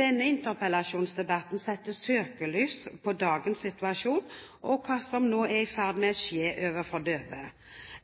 Denne interpellasjonsdebatten setter søkelys på dagens situasjon og hva som nå er i ferd med å skje overfor døve